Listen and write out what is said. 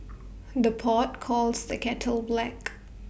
the pot calls the kettle black